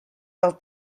del